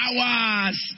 hours